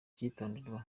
icyitonderwa